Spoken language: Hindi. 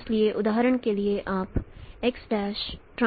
इसलिए उदाहरण के लिए आप x'TF